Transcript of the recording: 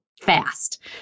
fast